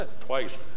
Twice